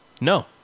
No